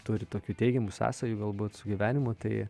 turi tokių teigiamų sąsajų galbūt su gyvenimu tai